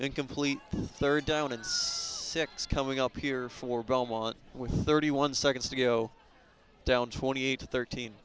incomplete third down and six coming up here for belmont with thirty one seconds to go down twenty eight to thirteen